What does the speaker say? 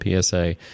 PSA